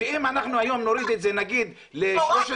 שאם אנחנו היום נוריד את זה נגיד ל-13,000,